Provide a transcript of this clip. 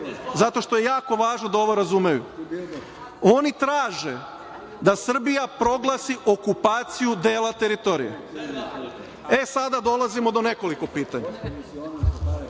zato što je jako važno da ovo razumeju, oni traže da Srbija proglasi okupaciju dela teritorije. E, sada dolazimo do nekoliko pitanja. Prvo